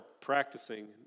practicing